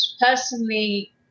Personally